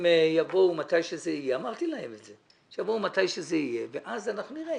הם יבואו מתי שזה יהיה ואז אנחנו נראה